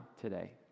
today